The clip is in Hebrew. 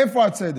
איפה הצדק?